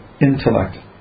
intellect